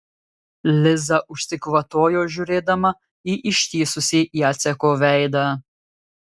liza užsikvatojo žiūrėdama į ištįsusį jaceko veidą